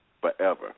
forever